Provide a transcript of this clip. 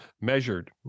measured